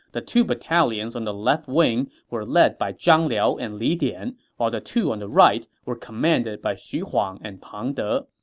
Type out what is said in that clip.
the two battalions on the left wing were led by zhang liao and li dian, while the two on the right were commanded by xu huang and pang de,